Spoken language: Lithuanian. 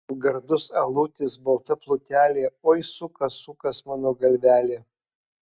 gardus alutis balta putelė oi sukas sukas mano galvelė